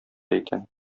икән